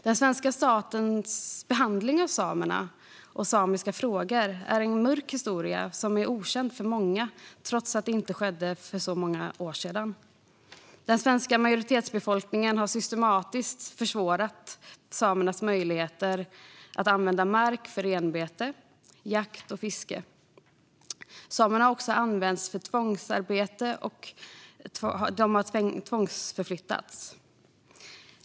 Den svenska statens behandling av samerna och samiska frågor är en mörk historia som är okänd för många trots att det skedde för inte så många år sedan. Den svenska majoritetsbefolkningen har systematiskt försvårat samernas möjligheter att använda mark för renbete, jakt och fiske. Samer har också använts för tvångsarbete, och de har tvångsförflyttats.